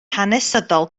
hanesyddol